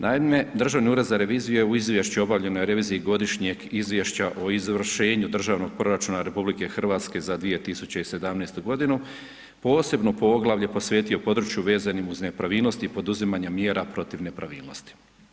Naime, Državni ured za reviziju je u izvješću o obavljenoj reviziji godišnjeg izvješće o izvršenju državnog proračuna RH za 2017. g. posebno poglavlje posvetio području vezanih uz nepravilnosti i poduzimanjem mjera protiv nepravilnosti.